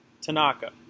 Tanaka